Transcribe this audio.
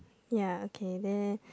ya okay then